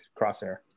crosshair